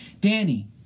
Danny